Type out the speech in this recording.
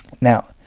Now